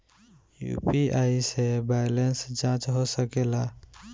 UPI से balance जाँच हो सके ला?